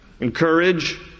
encourage